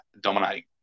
dominating